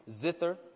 zither